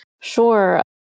Sure